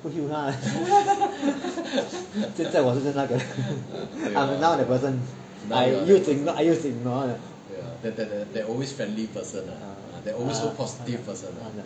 不 hue 他 leh 现在我是那个 I'm now the person I use to I use to ignore the ah